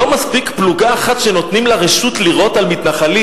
לא מספיק פלוגה אחת שנותנים לה רשות לירות על מתנחלים.